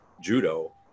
Judo